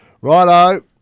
Righto